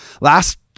Last